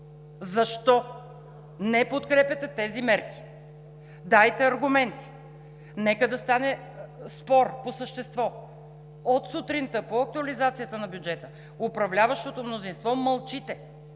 защо не подкрепяте тези мерки. Дайте аргументи – нека да стане спор по същество. От сутринта по актуализацията на бюджета управляващото мнозинство мълчите.